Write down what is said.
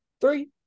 three